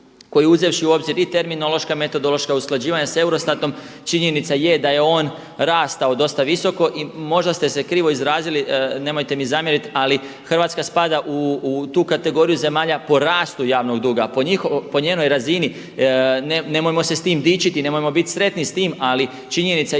koji je uzevši u obzir i terminološka, metodološka usklađivanja sa Eurostatom. Činjenica je da je on rastao dosta visoko i možda ste se krivo izrazili, nemojte mi zamjeriti ali hrvatska spada u tu kategoriju zemalja po rastu javnog doga, po njenoj razini. Nemojmo se s time dičiti, nemojmo biti sretni s time ali činjenica je